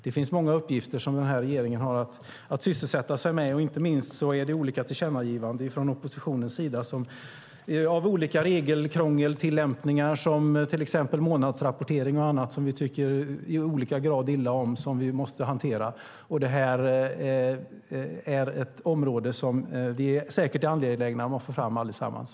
Det finns många uppgifter som den här regeringen har att sysselsätta sig med, inte minst olika tillkännagivanden från oppositionen om olika regelkrångeltillämpningar som till exempel månadsrapportering och annat som vi i olika grad tycker illa om men som vi måste hantera. Det här är ett område som vi säkert är angelägna om att få fram allesammans.